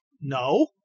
no